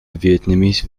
vietnamese